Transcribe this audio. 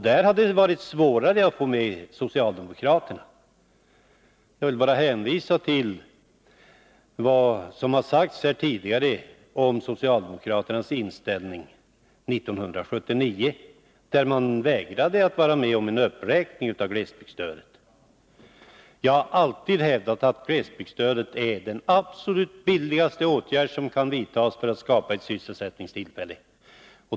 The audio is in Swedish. Där hade det varit svårare att gå med socialdemokraterna. Jag vill bara hänvisa till vad som har sagts här tidigare om socialdemokraternas inställning 1979, då man vägrade att vara med om en uppräkning av glesbygdsstödet. Jag har alltid hävdat att glesbygdsstödet är den absolut billigaste åtgärd som kan vidtas för att skapa ett sysselsättningstillfälle.